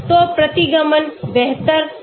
तो प्रतिगमन बेहतर होगा